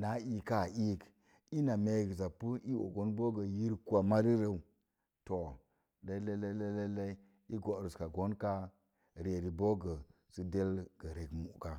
naa iika iik ina nee gəsa pu i og on boo yirku a mari rez too lelle lellei góris ka gon ka ri eri del sə ree muka.